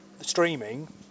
streaming